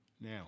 Now